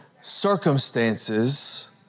circumstances